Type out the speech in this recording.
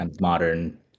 modern